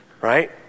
right